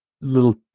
little